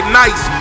nice